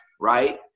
right